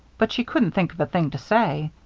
but she couldn't think of a thing to say.